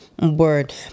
Word